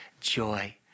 joy